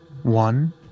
one